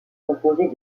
composées